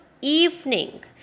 evening